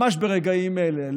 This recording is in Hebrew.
ממש ברגעים אלה,